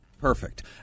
Perfect